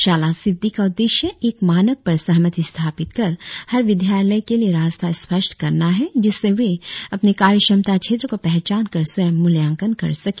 शाला सिद्दी का उद्देश्य एक मानक पर सहमति स्थापित कर हर विद्यालय के लिए रास्ता स्पष्ट करना है जिससे वे अपने कार्य क्षमता क्षेत्र को पहचानकर स्वयं मुल्याकंन कर सके